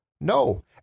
No